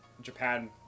Japan